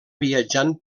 viatjant